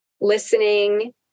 listening